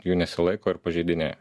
jų nesilaiko ir pažeidinėja